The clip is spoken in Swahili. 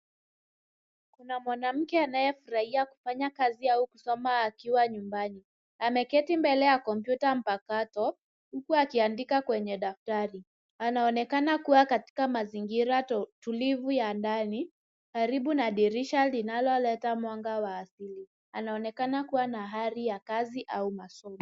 Kuna mwanamke anayefurahia kufanya kazi au kusoma akiwa nyumbani. Ameketi mbele ya kompyuta mpakato huku akiandika kwenye daftari. Anaonekana kuwa katika mazingira tulivu ya ndani, karibu na dirisha linaloleta mwanga wa asili. Anaonekana kuwa na hali ya kazi au masomo.